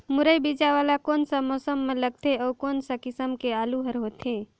मुरई बीजा वाला कोन सा मौसम म लगथे अउ कोन सा किसम के आलू हर होथे?